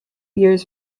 years